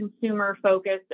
consumer-focused